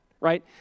right